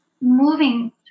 moving